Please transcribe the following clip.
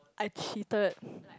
I cheated